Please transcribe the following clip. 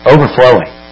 Overflowing